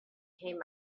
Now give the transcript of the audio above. came